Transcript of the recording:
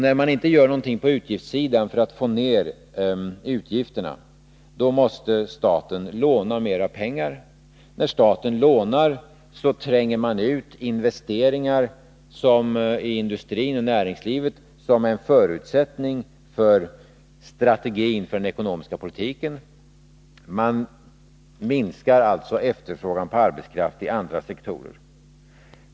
När man inte gör någonting för att få ned utgifterna, måste staten låna mer pengar. När staten lånar tränger man ut investeringar i industrin och näringslivet, som är en förutsättning för strategin för den ekonomiska politiken. Man minskar alltså efterfrågan på arbetskraft i andra sektorer.